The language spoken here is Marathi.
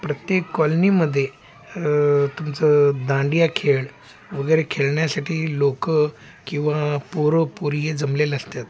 प्रत्येक कॉलनीमध्ये तुमचं दांडिया खेळ वगैरे खेळण्यासाठी लोकं किंवा पोरं पोरी जमलेलं असतात